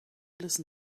listen